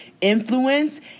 influence